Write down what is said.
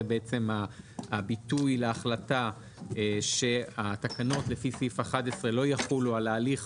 זה הביטוי להחלטה שהתקנות לפי סעיף 11 לא יחולו על ההליך